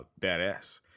badass